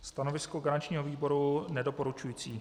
Stanovisko garančního výboru nedoporučující.